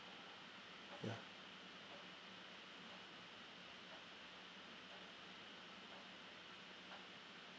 yeah